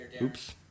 Oops